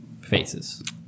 faces